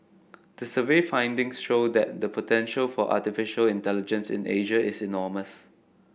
the survey findings show that the potential for artificial intelligence in Asia is enormous